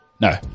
No